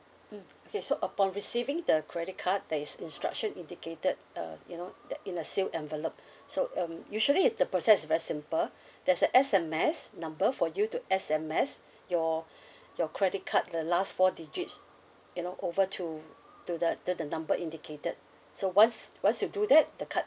mm okay so upon receiving the credit card there is instruction indicated uh you know the in a sealed envelope so um usually it's the process is very simple there's a S_M_S number for you to S_M_S your your credit card the last four digits you know over to to the the number indicated so once once you do that the card